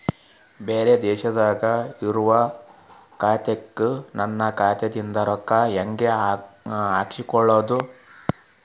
ಬ್ಯಾರೆ ದೇಶದಾಗ ಇರೋ ಖಾತಾಕ್ಕ ನನ್ನ ಖಾತಾದಿಂದ ರೊಕ್ಕ ಹೆಂಗ್ ಕಳಸೋದು?